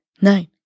nine